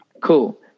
Cool